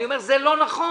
אני אומר שזה לא נכון,